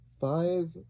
Five